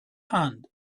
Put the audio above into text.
hand